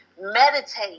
meditate